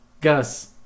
Gus